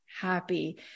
happy